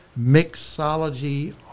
Mixology